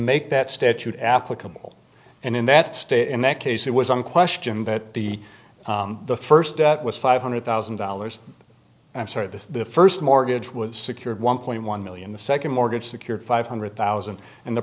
make that statute applicable and in that state in that case it was unquestioned that the the first debt was five hundred thousand dollars i'm sorry the first mortgage was secured one point one million the second mortgage secured five hundred thousand and the